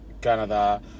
canada